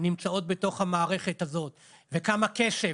נמצאות בתוך המערכת הזאת וכמה כסף,